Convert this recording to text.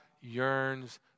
yearns